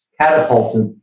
catapulted